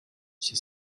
she